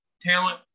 talent